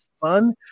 fun